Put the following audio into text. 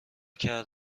کرد